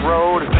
Road